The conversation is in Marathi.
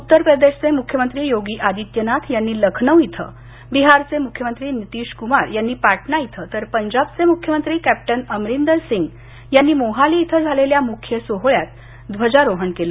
उत्तर प्रदेशचे मुख्यमंत्री योगी आदित्यनाथ यांनी लखनौ इथ बिहारचे मुख्यमंत्री नीतीश कुमार यांनी पाटणा इथ तर पंजाबचे मुख्य मंत्री कॅप्ट्न अमरिंदर सिंह यांनी मोहाली इथ झालेल्या मुख्य सोहळ्यात ध्वजारोहण केलं